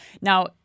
Now